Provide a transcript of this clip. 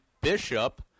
bishop